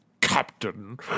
Captain